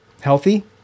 healthy